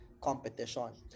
competition